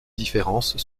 différences